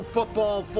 Football